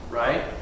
right